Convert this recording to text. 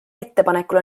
ettepanekul